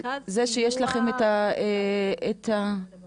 מרכז לסיוע --- כן,